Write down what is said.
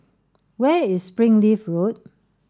where is Springleaf Road